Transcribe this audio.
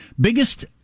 Biggest